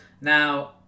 Now